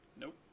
Nope